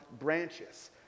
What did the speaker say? branches